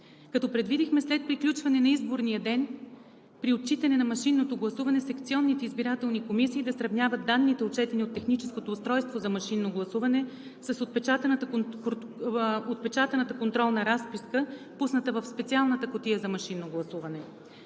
като предвидихме след приключване на изборния ден при отчитане на машинното гласуване секционните избирателни комисии да сравняват данните, отчетени от техническото устройство за машинно гласуване, с отпечатаната контролна разписка, пусната в специалната кутия за машинно гласуване.